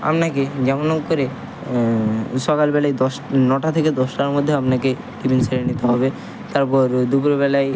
আপনাকে যেমন হোক করে সকালবেলায় দশ নটা থেকে দশটার মধ্যে আপনাকে টিফিন সেরে নিতে হবে তারপর দুপুরবেলায়